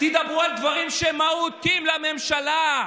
תדברו על דברים שהם מהותיים לממשלה,